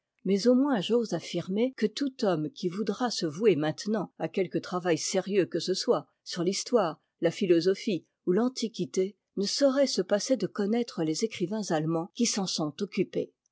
mais au moins j'ose affirmer que tout homme qui voudra se vouer maintenant à quelque travail sérieux que ce soit sur l'histoire la philosophie ou l'antiquité ne saurait se passer dé connaître les écrivains allemands qui s'en sont occupés